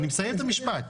אני מסיים את המשפט.